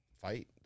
fight